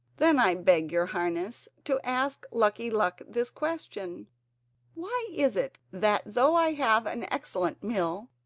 then i beg your highness to ask lucky luck this question why is it that though i have an excellent mill,